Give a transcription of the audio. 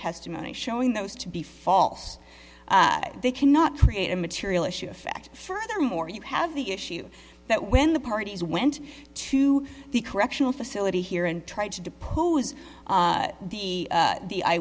testimony showing those to be false they cannot create a material issue effect furthermore you have the issue that when the parties went to the correctional facility here and tried to depose the the eye